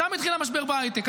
שם התחיל המשבר בהייטק.